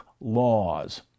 laws